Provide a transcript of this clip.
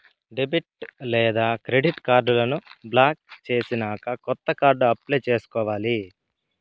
debit లేదా credit కార్డులను block చేసినాక కొత్త కార్డు అప్లై చేసుకోవాలి